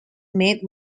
made